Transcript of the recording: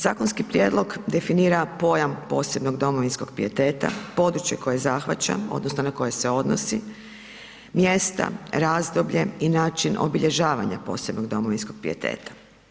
Zakonski prijedlog definira pojam posebnog domovinskog pijeteta, područje koje zahvaća odnosno na koje se odnosi, mjesta, razdoblje i način obilježavanja posebnog domovinskog pijeteta.